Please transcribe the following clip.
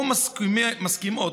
או מסכימות,